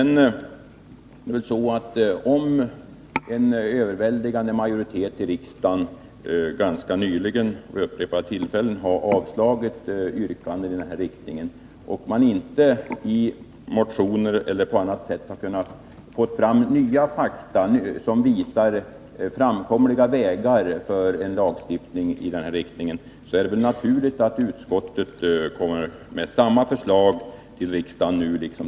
Nr 33 Om en överväldigande majoritet i riksdagen ganska nyligen — och vid Onsdagen den upprepade tillfällen — har avslagit yrkanden i den här riktningen, och man 24 november 1982 inte i motioner eller på annat sätt har kunnat få fram nya fakta som visar framkomliga vägar för en lagstiftning av detta slag, så är det väl naturligt att Lagstiftningen utskottet nu kommer med samma förslag till riksdagen som tidigare.